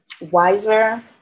wiser